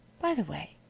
by the way,